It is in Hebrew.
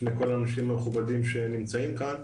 לפני כל האנשים המכובדים שנמצאים כאן.